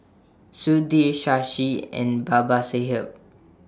Sudhir Shashi and Babasaheb